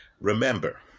Remember